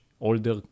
older